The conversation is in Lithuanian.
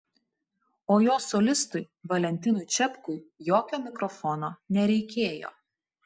o jo solistui valentinui čepkui jokio mikrofono nereikėjo